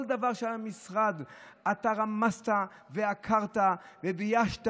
כל דבר של המשרד, אתה רמסת ועקרת וביישת